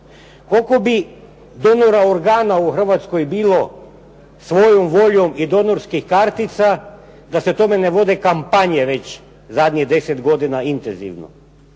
Koliko bi donora organa bilo svojom voljom i donorskih kartica, da se o tome ne vode kampanje zadnjih 10 godina intenzivno?